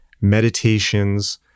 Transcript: meditations